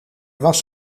was